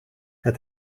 het